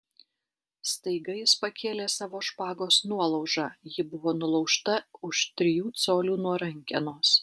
staiga jis pakėlė savo špagos nuolaužą ji buvo nulaužta už trijų colių nuo rankenos